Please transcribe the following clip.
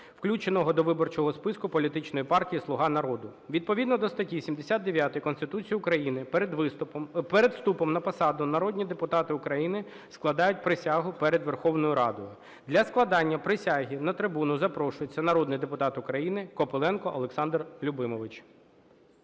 включеного до виборчого списку політичної партії "Слуга народу". Відповідно до статті 79 Конституції України перед вступом на посаду народні депутати України складають присягу перед Верховною Радою. Для складення присяги на трибуну запрошується народний депутат України Копиленко Олександр Любимович.